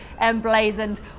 emblazoned